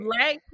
black